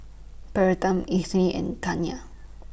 Bertram Edythe and Taniya